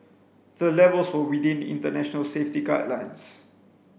the levels were within international safety guidelines